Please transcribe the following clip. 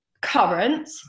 current